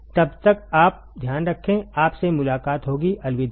तब तक आप ध्यान रखें आप से मुलाकात होगी अलविदा